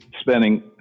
spending